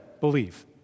believe